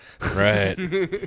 Right